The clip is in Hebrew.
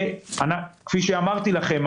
כפי שאמרתי לכם,